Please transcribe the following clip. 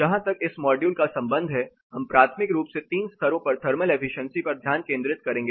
जहां तक इस मॉड्यूल का संबंध है हम प्राथमिक रूप से 3 स्तरों पर थर्मल एफिशिएंसी पर ध्यान केंद्रित करेंगे